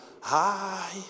high